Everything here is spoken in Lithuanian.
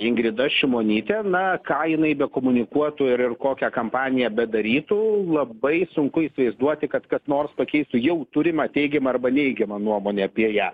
ingrida šimonytė na ką jinai bekomunikuotų ir ir kokią kampaniją bedarytų labai sunku įsivaizduoti kad kas nors pakeistų jau turimą teigiamą arba neigiamą nuomonę apie ją